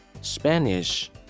Spanish